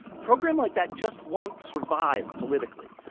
a program like that just won't survive politically.